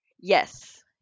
yes